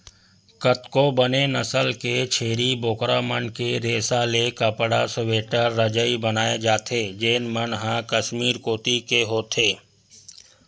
कतको बने नसल के छेरी बोकरा मन के रेसा ले कपड़ा, स्वेटर, रजई बनाए जाथे जेन मन ह कस्मीर कोती के होथे